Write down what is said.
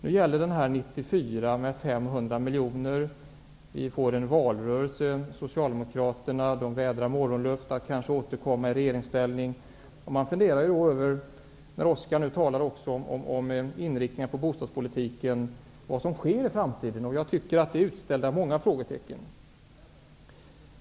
Nu gäller det 500 miljoner för 1994. Vi får en valrörelse. Socialdemokraterna vädrar morgonluft att kanske återkomma i regeringsställning. När Oskar Lindkvist nu även talar om inriktningen av bostadspolitiken, funderar jag över vad som kommer att ske i framtiden. Och jag tycker att det finns många frågetecken.